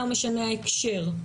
לא משנה ההקשר.